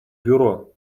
бюро